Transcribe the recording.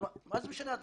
מה זה משנה עד